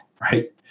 right